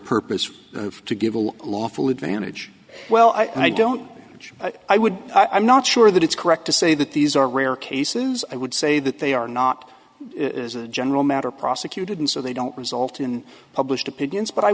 purpose to give all lawful advantage well i don't judge i would i'm not sure that it's correct to say that these are rare cases i would say that they are not as a general matter prosecuted and so they don't result in published opinions but i